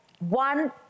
one